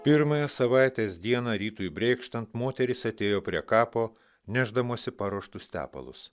pirmąją savaitės dieną rytui brėkštant moterys atėjo prie kapo nešdamosi paruoštus tepalus